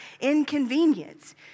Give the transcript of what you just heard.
inconvenience